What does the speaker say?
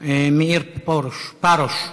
מאיר פרוש.